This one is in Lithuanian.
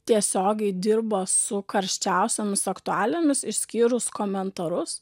tiesiogiai dirba su karščiausiomis aktualijomis išskyrus komentarus